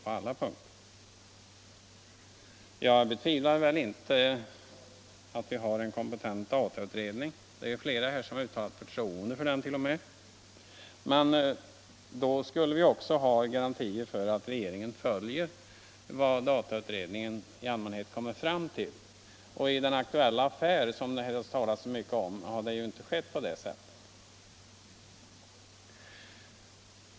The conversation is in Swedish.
Jag betvivlar inte att vi har en kompetent datainspektion — Mera talare här har till och med uttalat förtroende för den - men vi borde också ha garantier för att regeringen följer vad datainspektionen kommer fram till. I den aktuella affär som det har talats om så mycket har det inte varit fallet.